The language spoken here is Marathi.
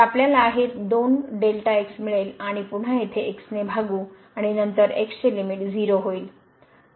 तर आपल्याला हे 2Δx मिळेल आणि पुन्हा येथे x ने भागू आणि नंतर x चे लिमिट 0 होईल